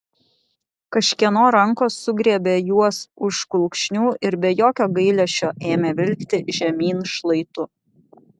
kažkieno rankos sugriebė juos už kulkšnių ir be jokio gailesčio ėmė vilkti žemyn šlaitu